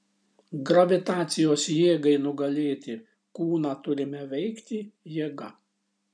gravitacijos jėgai nugalėti kūną turime veikti jėga